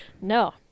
No